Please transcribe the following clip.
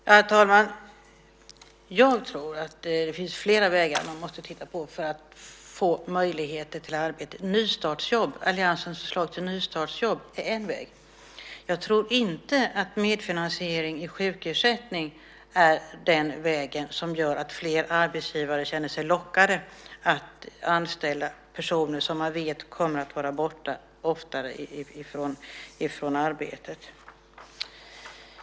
Herr talman! Jag tror att det är flera vägar man måste titta på för att få möjligheter till arbete. Alliansens förslag till nystartsjobb är en väg. Jag tror inte att medfinansiering i sjukersättning är den väg som gör att fler arbetsgivare känner sig lockade att anställa personer som man vet kommer att vara borta oftare från arbetet.